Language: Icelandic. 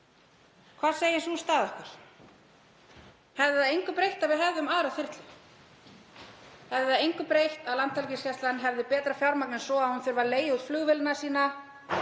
Hvað segir sú staða okkur? Hefði það engu breytt að við hefðum aðra þyrlu? Hefði það engu breytt að Landhelgisgæslan hefði meira fjármagn en svo að hún þurfi að leigja út flugvélina sína